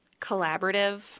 collaborative